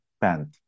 pant